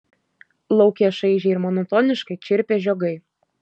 lauke šaižiai ir monotoniškai čirpė žiogai